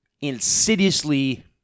insidiously